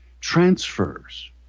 Transfers